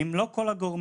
על כל הגורמים,